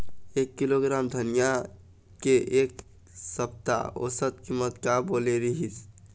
एक किलोग्राम धनिया के एक सप्ता औसत कीमत का बोले रीहिस?